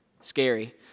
scary